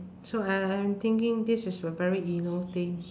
so I I'm thinking this is a very inno~ thing